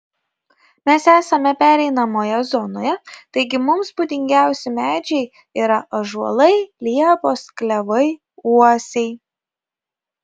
mes esame pereinamoje zonoje taigi mums būdingiausi medžiai yra ąžuolai liepos klevai uosiai